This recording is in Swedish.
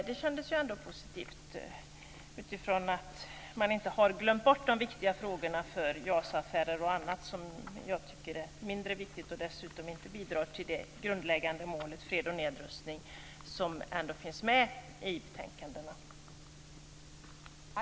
Det kändes ändå positivt utifrån att man inte har glömt bort de viktiga frågorna för JAS-affärer och annat, som jag tycker är mindre viktigt och dessutom inte bidrar till det grundläggande målet fred och nedrustning som ändå finns med i betänkandena.